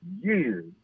years